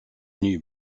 new